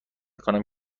کنم